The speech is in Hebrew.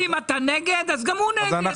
אם אתה נגד, גם הוא נגד.